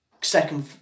second